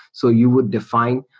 so you would defi ne,